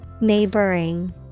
Neighboring